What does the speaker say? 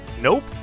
nope